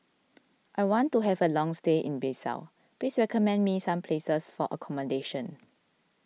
I want to have a long stay in Bissau please recommend me some places for accommodation